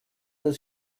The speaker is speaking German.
das